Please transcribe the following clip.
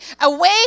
away